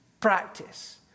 practice